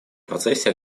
процессе